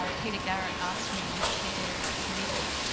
ah peter garrett asked me to chair a committee